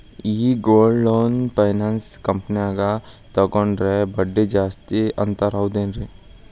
ಈ gold loan finance ಕಂಪನ್ಯಾಗ ತಗೊಂಡ್ರೆ ಬಡ್ಡಿ ಜಾಸ್ತಿ ಅಂತಾರ ಹೌದೇನ್ರಿ?